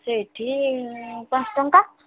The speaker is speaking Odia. ସେଇଠି ପାଞ୍ଚ ଟଙ୍କା